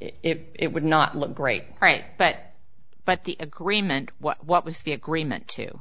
it would not look great right but but the agreement what was the agreement to